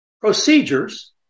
procedures